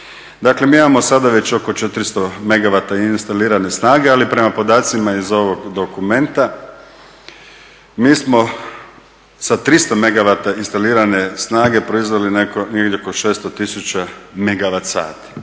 Dakle mi imamo već sada oko 400 megawata instalirane snage ali prema podacima iz ovog dokumenta mi smo sa 300 megawata instalirane snage proizveli negdje oko 600 tisuća